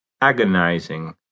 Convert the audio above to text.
Agonizing